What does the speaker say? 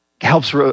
helps